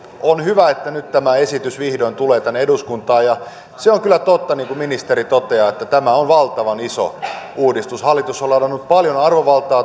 on hyvä että nyt tämä esitys vihdoin tulee tänne eduskuntaan se on kyllä totta niin kuin ministeri toteaa että tämä on valtavan iso uudistus hallitus on ladannut paljon arvovaltaa